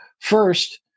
first